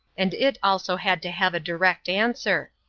and it also had to have a direct answer.